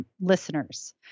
listeners